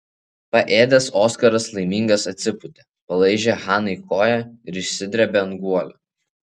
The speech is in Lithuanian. paėdęs oskaras laimingas atsipūtė palaižė hanai koją ir išsidrėbė ant guolio